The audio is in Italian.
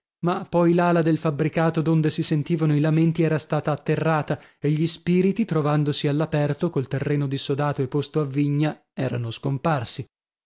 ma poi l'ala del fabbricato donde si sentivano i lamenti era stata atterrata e gli spiriti trovandosi all'aperto col terreno dissodato e posto a vigna erano scomparsi